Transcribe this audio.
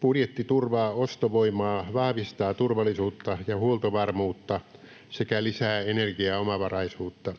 Budjetti turvaa ostovoimaa, vahvistaa turvallisuutta ja huoltovarmuutta sekä lisää energiaomavaraisuutta.